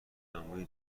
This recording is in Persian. عمویی